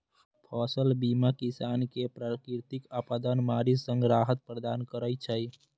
फसल बीमा किसान कें प्राकृतिक आपादाक मारि सं राहत प्रदान करै छै